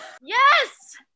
Yes